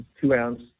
two-ounce